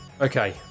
Okay